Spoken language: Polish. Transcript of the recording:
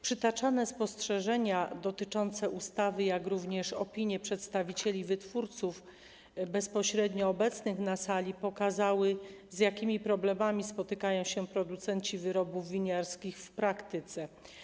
Przytaczane spostrzeżenia dotyczące ustawy, jak również opinie przedstawicieli wytwórców bezpośrednio obecnych na sali pokazały, z jakimi problemami spotykają się producenci wyrobów winiarskich w praktyce.